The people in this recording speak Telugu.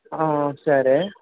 సరే